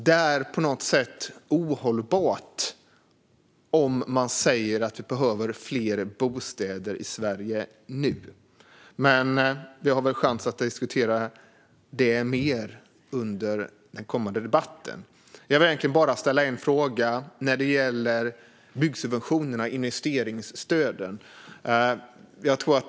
Det är på något sätt ohållbart om man säger att vi behöver fler bostäder i Sverige nu. Men vi får väl chansen att diskutera det mer under kommande debatt. Låt mig bara ställa en fråga vad gäller byggsubventionerna och investeringsstöden.